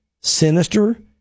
sinister